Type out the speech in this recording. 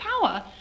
power